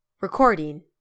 Recording